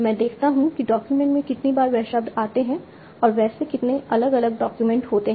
मैं देखता हूं कि डॉक्यूमेंट में कितने बार वह शब्द आते हैं और वैसे कितने अलग अलग डॉक्यूमेंट होते हैं